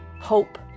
hope